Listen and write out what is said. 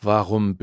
Warum